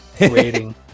waiting